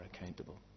accountable